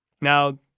Now